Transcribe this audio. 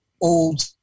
old